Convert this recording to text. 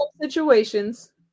situations